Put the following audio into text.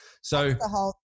So-